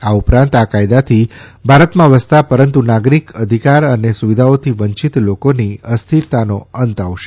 આ ઉપરાંત આ કાયદાથી ભારતમાં વસતા પરંતુ નાગરિક અધિકાર અને સુવિધાઓથી વંચિત લોકોની અસ્થિરતાનો અંત આવશે